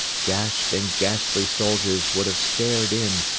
gashed and ghastly soldiers would have stared in,